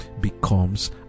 becomes